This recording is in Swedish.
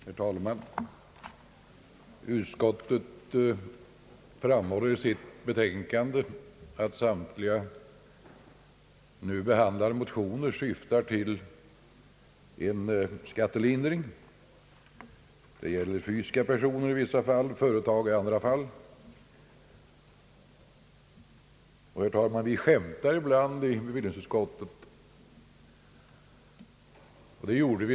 Herr talman! Utskottet framhåller i sitt betänkande att samtliga nu behandlade motioner syftar till en skattelindring. Det gäller fysiska personer, i vissa fall även företag och andra. Vi skämtar ibland i bevillningsutskottet.